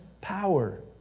power